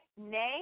nay